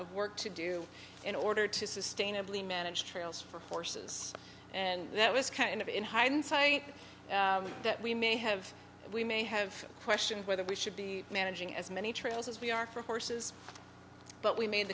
of work to do in order to sustainably manage trails for horses and that was kind of in hindsight that we may have we may have questioned whether we should be managing as many trails as we are for horses but we made